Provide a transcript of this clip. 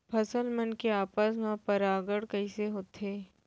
फसल मन के आपस मा परागण कइसे होथे?